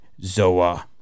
Zoa